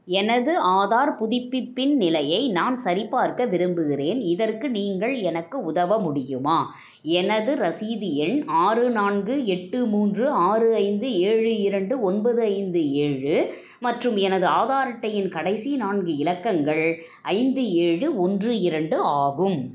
எனது ஆதார் புதுப்பிப்பின் நிலையை நான் சரிபார்க்க விரும்புகிறேன் இதற்கு நீங்கள் எனக்கு உதவ முடியுமா எனது ரசீது எண் ஆறு நான்கு எட்டு மூன்று ஆறு ஐந்து ஏழு இரண்டு ஒன்பது ஐந்து ஏழு மற்றும் எனது ஆதார் அட்டையின் கடைசி நான்கு இலக்கங்கள் ஐந்து ஏழு ஒன்று இரண்டு ஆகும்